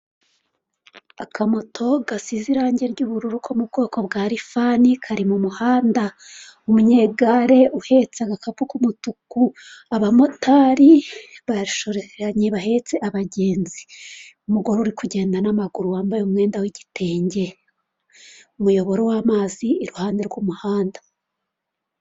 Akamoto gasize irange ry'ubururu ko mu bwoko bwarifani kari mu muhanda, umunyegare uhetse agakapu k'umutuku, abamotari bashoreranye bahetse abagenzi, umugore uri kugenda n'amaguru wambaye umwenda w'igitenge, umuyoboro w'amazi iruhande rw'umuhanda.